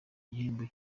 igihembo